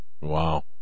Wow